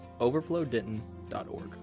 overflowdenton.org